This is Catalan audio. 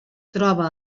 troba